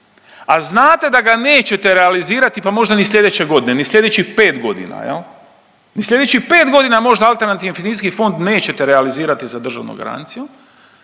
a znate da ga nećete realizirati pa možda ni slijedeće godine, ni slijedećih 5 godina. Ni slijedećih 5 godina možda alternativni …/Govornik se ne razumije./… fond nećete realizirati sa državnom garancijom